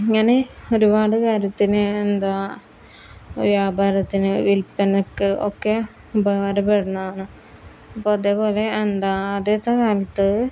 ഇങ്ങനെ ഒരുപാട് കാര്യത്തിന് എന്താ വ്യാപാരത്തിന് വിൽപ്പനക്ക് ഒക്കെ ഉപകാരപ്പെടുന്നതാണ് അപ്പം അതേപോലെ എന്താ ആദ്യത്തെ കാലത്ത്